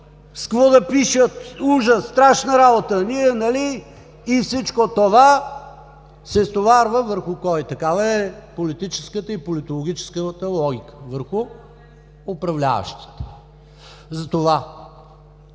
какво да пишат. Ужас! Страшна работа! И всичко това се стоварва върху – кой? – такава е политическата и политологическата логика – върху управляващите. Затова,